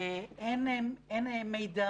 אין מידע,